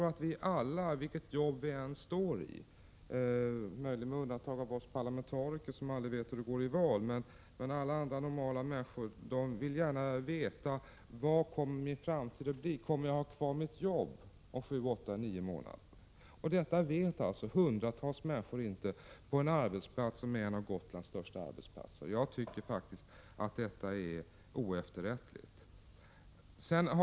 Alla människor, vilket jobb de än har — möjligen med undantag av oss parlamentariker, som aldrig vet hur det går i valet — vill gärna veta hur deras framtid blir, om de har kvar sitt jobb om sju, åtta eller nio månader. Detta vet alltså inte hundratals människor på en av Gotlands största arbetsplatser. Detta är oefterrättligt.